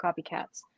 copycats